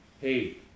hey